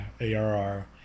ARR